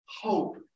hope